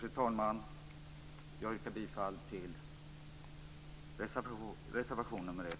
Jag yrkar alltså bifall till reservation nr 1.